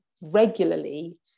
regularly